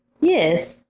Yes